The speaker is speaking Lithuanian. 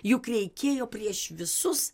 juk reikėjo prieš visus